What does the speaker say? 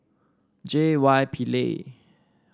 J Y Pillay